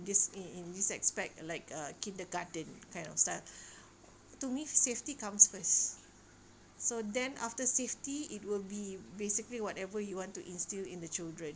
this in in this aspect like a kindergarten kind of style to me safety comes first so then after safety it will be basically whatever you want to instil in the children